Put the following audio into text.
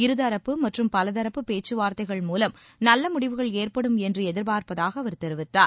இருதரப்பு மற்றும் பலதரப்பு பேச்சுவார்த்தைகள் மூலம் நல்ல முடிவுகள் ஏற்படும் என்று எதிர்பார்ப்பதாக அவர் தெரிவித்தார்